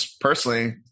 personally